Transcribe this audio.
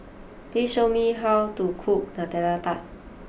please show me how to cook Nutella Tart